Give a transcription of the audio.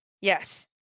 Yes